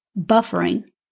Buffering